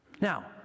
Now